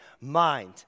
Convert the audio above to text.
mind